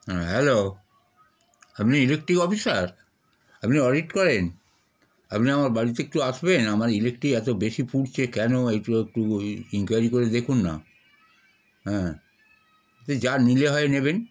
হ্যাঁ হ্যালো আপনি electric officer আপনি অডিট করেন আপনি আমার বাড়িতে একটু আসবেন আমার ইলেকট্রিক এত বেশি পুড়ছে কেন এইটা একটু ই ইনকোয়ারি করে দেখুন না হ্যাঁ আপনি যা নিলে হয় নেবেন